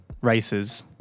races